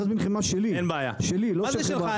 חמאה שלי --- מה זה שלך?